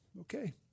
Okay